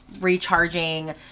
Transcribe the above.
recharging